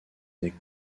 des